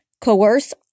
coerce